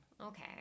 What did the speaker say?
Okay